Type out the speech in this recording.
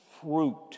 fruit